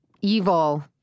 Evil